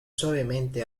suavemente